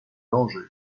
danger